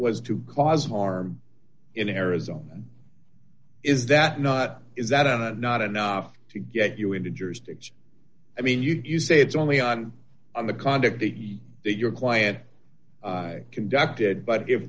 was to cause harm in arizona is that not is that on a not enough to get you into jurisdiction i mean you do say it's only on on the conduct the your client conducted but if